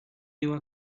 iba